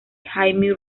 jaime